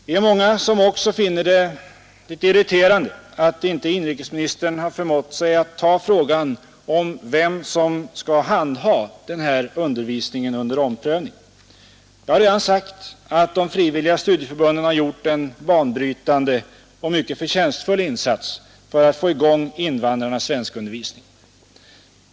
Vi är många som också finner det irriterande att inte inrikesministern har förmått sig att ta frågan om vem som skall handha den här Nr 131 undervisningen under omprövning. Jag har redan sagt att de frivilliga Tisdagen den studieförbunden gjort en banbrytande och mycket förtjänstfull insats för 5 december 1972 att få i gång invandrarnas svenskundervisning.